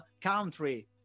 country